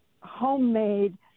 homemade